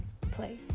place